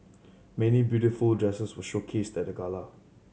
many beautiful dresses were showcased at the gala